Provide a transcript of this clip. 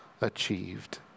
achieved